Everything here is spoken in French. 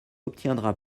obtiendra